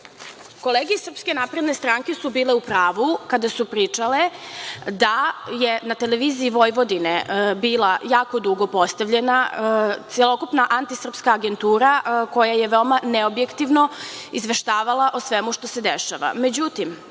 nepravilnosti. Kolege iz SNS su bile u pravu kada su pričale da je na Televiziji Vojvodine bila jako dugo postavljena celokupna antisrpska agentura, koja je veoma neobjektivno izveštavala o svemu što se dešava.